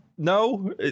No